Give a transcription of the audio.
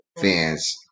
fans